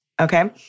Okay